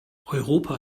europa